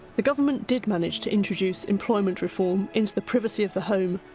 the government did manage to introduce employment reform into the privacy of the home.